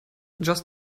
just